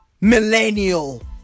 millennial